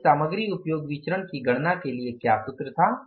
तो इस सामग्री उपयोग विचरण की गणना के लिए क्या सूत्र था